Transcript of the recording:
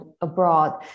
abroad